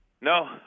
no